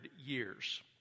years